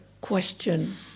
question